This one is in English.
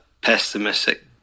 pessimistic